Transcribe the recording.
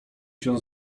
się